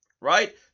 right